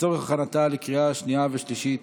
לצורך הכנתה לקריאה שנייה ושלישית.